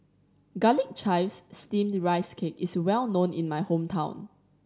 Garlic Chives Steamed Rice Cake is well known in my hometown